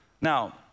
Now